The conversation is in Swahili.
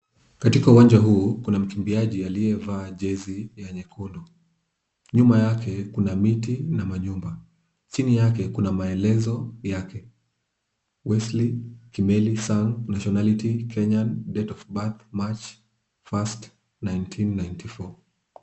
Katika uwanja huu kuna mkimbiaji aliyevaa jezi ya nyekundu. Nyuma yake kuna miti na nyumba. Chini yake kuna maelezo yake. Wesley Kimeli Sang, nationality Kenyan, date of birth March 1st 1994 .